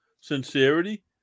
sincerity